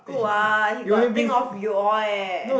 good what he got think of you all eh